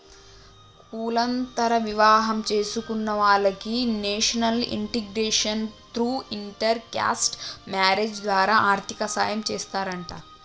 కులాంతర వివాహం చేసుకున్న వాలకి national integration through inter caste marriage ద్వారా ఆర్థిక సాయం చేస్తారంట